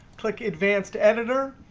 click advanced editor,